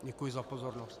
Děkuji za pozornost.